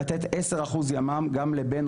לתת עשר אחוז ימ"מ גם לבן,